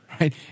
right